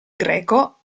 greco